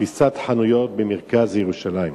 קריסת חנויות במרכז ירושלים?